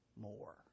more